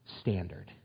standard